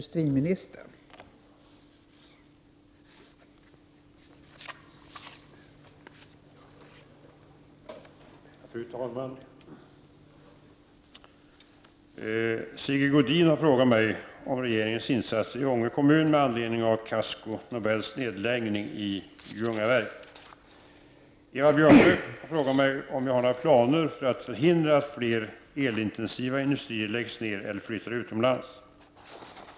Sigge Godin har frågat mig om regeringens insatser i Ånge kommun med anledning av Casco Nobels nedläggning i Ljungaverk. Eva Björne har frågat mig om jag har några planer för att förhindra att fler elintensiva industrier läggs ned eller flyttar utomlands.